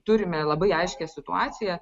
turime labai aiškią situaciją